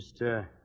Mr